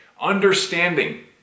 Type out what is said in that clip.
Understanding